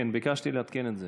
כן, ביקשתי לעדכן את זה.